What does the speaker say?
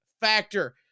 Factor